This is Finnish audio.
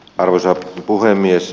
arvoisa puhemies